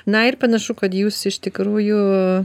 na ir panašu kad jūs iš tikrųjų